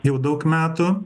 jau daug metų